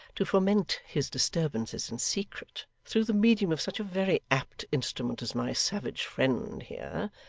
to foment his disturbances in secret, through the medium of such a very apt instrument as my savage friend here,